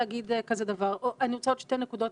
להגיד עוד שתי נקודות,